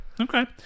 Okay